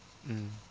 mm